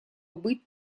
быть